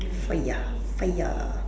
fire fire